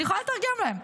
אני יכולה לתרגם להם.